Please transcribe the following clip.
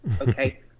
okay